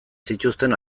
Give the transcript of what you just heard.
zituzten